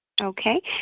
okay